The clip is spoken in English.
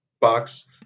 box